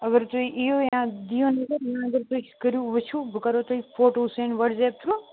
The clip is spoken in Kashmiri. اگر تُہۍ یِیِو یا دِیِو نظر یا اگر تُہۍ کٔڑِو وٕچھُو بہٕ کَرو تۄہہِ فوٹو سٮ۪نٛڈ وَٹٕسپ تھرٛوٗ